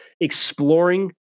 exploring